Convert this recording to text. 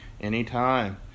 Anytime